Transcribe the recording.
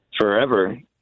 forever